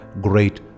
great